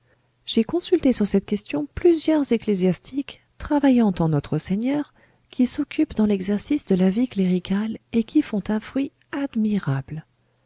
j'ai consulté sur cette question plusieurs ecclésiastiques travaillant en notre-seigneur qui s'occupent dans l'exercice de la vie cléricale et qui font un fruit admirable